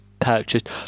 purchased